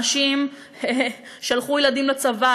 אנשים שלחו ילדים לצבא,